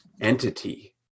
entity